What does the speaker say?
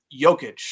Jokic